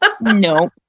No